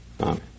Amen